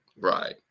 Right